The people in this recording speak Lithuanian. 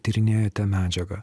tyrinėjate medžiagą